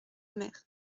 mer